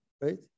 right